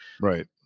Right